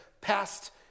passed